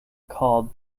called